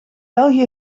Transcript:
belgië